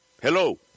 Hello